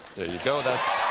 there you go.